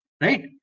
right